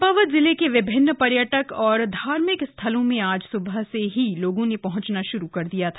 चम्पावत जिले के विभिन्न पर्यटक और धार्मिक स्थलों में आज स्बह से ही लोगों ने पहुंचना श्रू कर दिया था